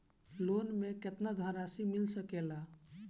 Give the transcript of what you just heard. Loan मे केतना धनराशी मिल सकेला?